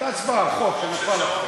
הייתה הצבעה, חוק, שנפל לכם.